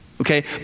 okay